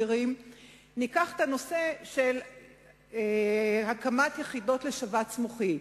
ניקח את הנושא של הקמת יחידות לשבץ מוחי,